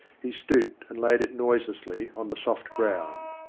he stooped, and laid it noiselessly on the soft ground.